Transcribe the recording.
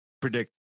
predict